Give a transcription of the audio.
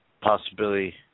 possibility